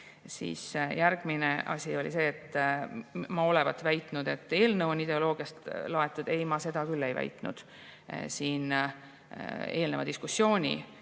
Järgmine asi oli see, et ma olevat väitnud, et eelnõu on ideoloogiast laetud. Ei, seda ma küll ei väitnud. Siin eelneva diskussiooni